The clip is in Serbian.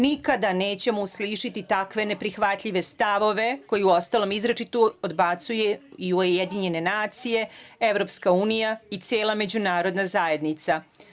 Nikada nećemo uslišiti takve neprihvatljive stavove koji uostalom izričito odbacuju i UN, EU i cela međunarodna zajednica.